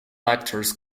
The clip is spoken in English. actors